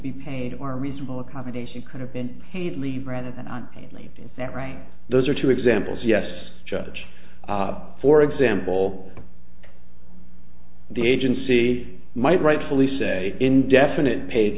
be paid or reasonable accommodation kind of been paid leave rather than on later that right those are two examples yes judge for example the agency might rightfully say indefinite paid